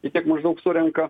i tiek maždaug surenka